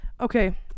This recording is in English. Okay